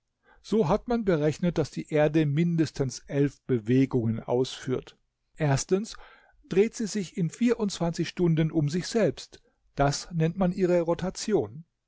so hat man berechnet daß die erde mindestens elf bewegungen ausführt dreht sie sich in stunden um sich selbst das nennt man ihre rotation